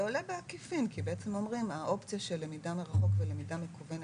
זה עולה בעקיפין כי בעצם אומרים שהאופציה של למידה מרחוק ולמידה מקוונת,